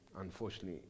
unfortunately